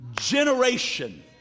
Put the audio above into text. generation